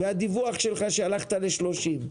והדיווח שלך שהלכת ל-30,